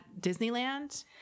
Disneyland